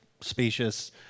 specious